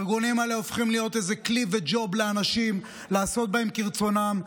הארגונים האלה הופכים להיות איזה כלי וג'וב לאנשים לעשות בהם כרצונם.